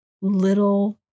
little